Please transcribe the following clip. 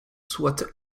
soit